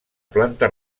planta